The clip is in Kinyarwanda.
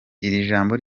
jambo